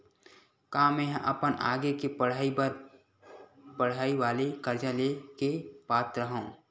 का मेंहा अपन आगे के पढई बर पढई वाले कर्जा ले के पात्र हव?